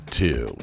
two